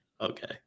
okay